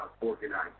organized